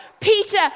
Peter